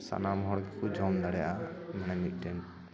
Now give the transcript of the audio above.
ᱥᱟᱱᱟᱢ ᱦᱚᱲ ᱜᱮ ᱠᱚ ᱡᱚᱢ ᱫᱟᱲᱮᱭᱟᱜᱼᱟ ᱢᱟᱱᱮ ᱢᱤᱫᱴᱮᱱ